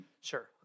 Sure